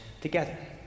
together